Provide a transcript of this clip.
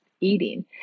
eating